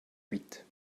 huit